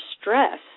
stress